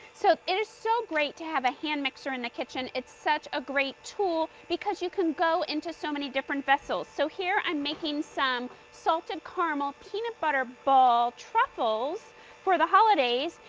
so and it's so great to have a hand mixer in the kitchen. it's such a great tool. you can go into so many different vessels. so here i'm making some salted caramel peanut butter ball truffles for the holidays.